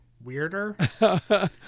weirder